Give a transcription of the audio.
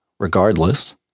regardless